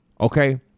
okay